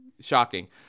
Shocking